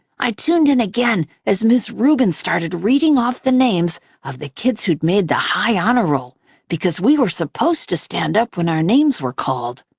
i tuned in again as ms. rubin started reading off the names of the kids who'd made the high honor roll because we were supposed to stand up when our names were called.